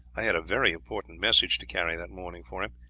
i had a very important message to carry that morning for him.